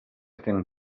atén